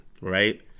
right